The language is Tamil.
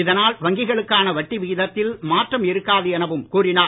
இதனால் வங்கிகளுக்கான வட்டி விகிதத்தில் மாற்றம் இருக்காது எனவும் கூறினார்